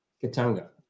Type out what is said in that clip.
Katanga